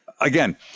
Again